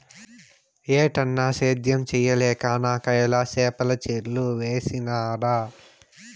ఏటన్నా, సేద్యం చేయలేక నాకయ్యల చేపల చెర్లు వేసినాడ